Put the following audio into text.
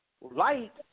light